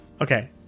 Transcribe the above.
Okay